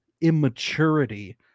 immaturity